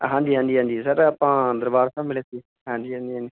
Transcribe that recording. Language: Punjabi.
ਹਾਂਜੀ ਹਾਂਜੀ ਹਾਂਜੀ ਸਰ ਆਪਾਂ ਦਰਬਾਰ ਸਾਹਿਬ ਮਿਲੇ ਸੀ ਹਾਂਜੀ ਹਾਂਜੀ ਹਾਂਜੀ